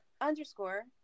underscore